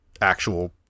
actual